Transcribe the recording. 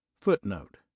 Footnote